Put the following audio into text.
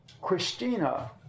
Christina